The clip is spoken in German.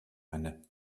eine